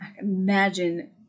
imagine